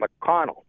McConnell